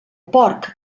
porc